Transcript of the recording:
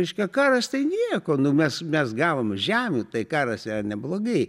reiškia karas tai nieko nu mes mes gavom žemių tai karas yra neblogai